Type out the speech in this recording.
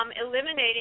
eliminating